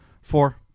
Four